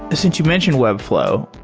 ah since you've mentioned webflow,